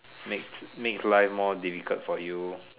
make make life more difficult for you